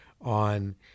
on